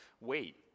wait